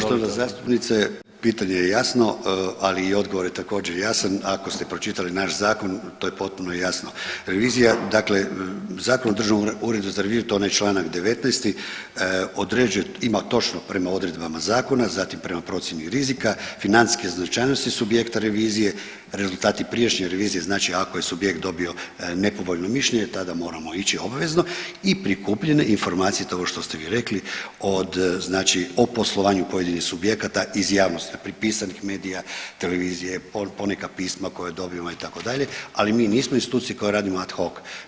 Poštovana zastupnice, pitanje je jasno, ali i odgovor je također, jasan ako ste pročitali naš zakon, to je potpuno jasno, revizija dakle, Zakon o Državnom uredu za reviziju to je onaj čl. 19 određuje, ima točno prema odredbama Zakona, zatim prema procjeni rizika, financijske značajnosti subjekta revizije, rezultati prijašnje revizije, znači ako je subjekt dobio nepovoljno mišljenje, tada moramo ići obvezno i prikupljene informacije, to je ovo što ste vi rekli od, znači o poslovanju pojedinih subjekata iz javnosti, dakle pisanih medija, televizije, ponekad pisma koja dobijemo, itd., ali mi nismo institucija koja radi ad hoc.